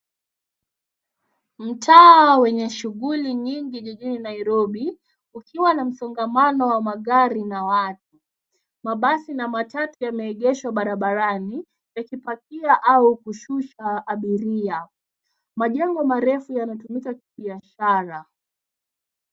Mtaa wenye shughuli nyingi jijini Nairobi ukiwa na msongamano wa magari na watu. Mabasi na matatu yameegeshwa barabarani yakipakia au kushusha abiria. Majengo marefu yanatumika kwa biashara.